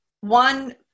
one